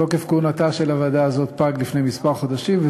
תוקף כהונתה של הוועדה הזאת פג לפני חודשים מספר.